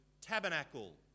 tabernacle